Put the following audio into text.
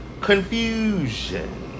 confusion